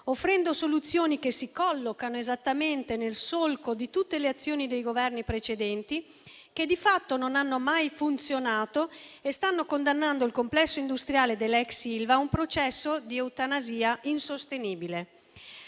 offrendo soluzioni che si collocano esattamente nel solco di tutte le azioni dei Governi precedenti, che di fatto non hanno mai funzionato e stanno condannando il complesso industriale dell'ex Ilva a un processo di eutanasia insostenibile.